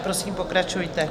Prosím, pokračujte.